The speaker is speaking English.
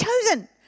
chosen